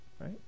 right